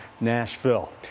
Nashville